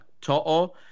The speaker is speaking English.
To'o